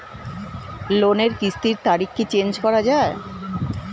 লোনের কিস্তির তারিখ কি চেঞ্জ করা যায়?